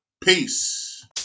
peace